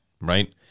right